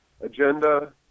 agenda